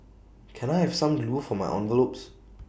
can I have some glue for my envelopes